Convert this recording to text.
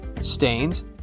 Stains